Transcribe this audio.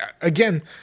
Again